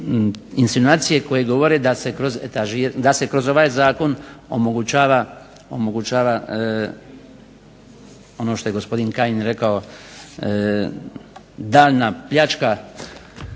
insinuacije koje govore da se kroz ovaj zakon omogućava ono što je gospodin Kajin rekao daljnja pljačka